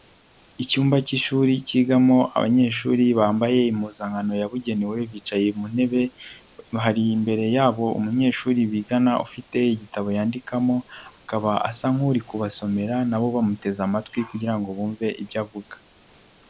Icyumba cy'ishuri kigamo abanyeshuri bambaye impuzankano yabugenewe, bicaye mu ntebe, hari imbere yabo umunyeshuri bigana ufite igitabo yandikamo, akaba asa nk'uri kubasomera nabo bamuteze amatwi kugira ngo bumve ibyo avuga.